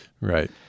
Right